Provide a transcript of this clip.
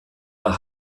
der